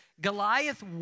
Goliath